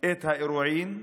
את האירועים,